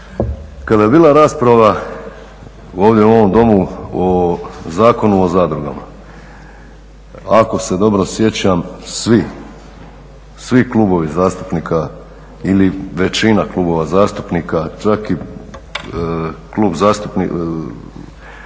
Kada je bila raspravo ovdje u ovom domu o Zakonu o zadrugama, ako se dobro sjećam svi, svi klubovi zastupnika, ili većina kluba zastupnika, čak i zastupnik